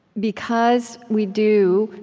because we do,